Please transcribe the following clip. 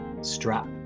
strap